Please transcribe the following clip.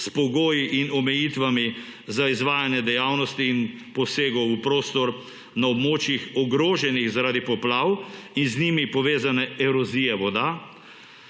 s pogoji in omejitvami za izvajanje dejavnosti in posegov v prostor na območjih, ogroženih zaradi poplav in z njimi povezane erozije voda;